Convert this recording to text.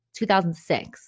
2006